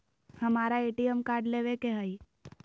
हमारा ATM card लेव के हई